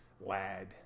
lad